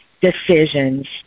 decisions